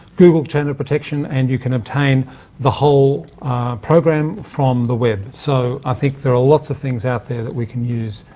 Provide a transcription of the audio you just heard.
google chain of protection and you can obtain the whole program from the web. so, i think there are lots of things out there that we can use.